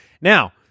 Now